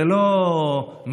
זה לא מינורי